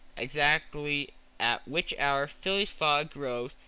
exactly at which hour phileas fogg rose,